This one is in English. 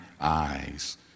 eyes